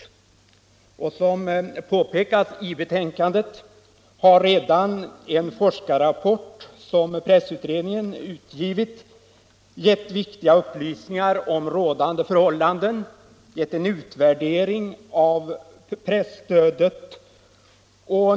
Som det påpekas i betänkandet har redan en forskarrapport som pressutredningen utgivit lämnat viktiga upplysningar om rådande förhållanden och givit en utvärdering av presstödet.